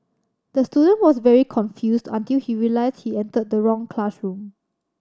the student was very confused until he realised he entered the wrong classroom